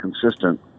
consistent